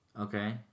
Okay